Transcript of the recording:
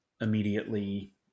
immediately